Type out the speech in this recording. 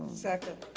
second.